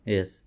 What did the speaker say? Yes